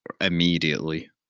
immediately